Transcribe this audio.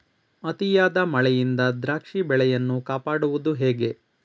ಅತಿಯಾದ ಮಳೆಯಿಂದ ದ್ರಾಕ್ಷಿ ಬೆಳೆಯನ್ನು ಕಾಪಾಡುವುದು ಹೇಗೆ?